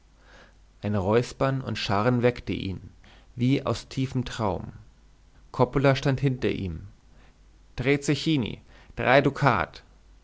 ein räuspern und scharren weckte ihn wie aus tiefem traum coppola stand hinter ihm tre zechini drei dukat